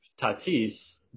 Tatis